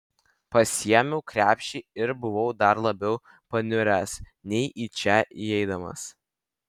pasiėmiau krepšį ir buvau dar labiau paniuręs nei į čia įeidamas